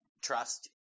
trust